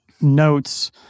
notes